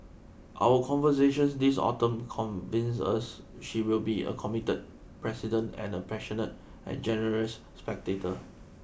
our conversations this autumn convince us she will be a committed president and a passionate and generous spectator